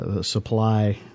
supply